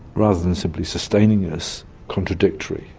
rather than simply sustaining us, contradictory,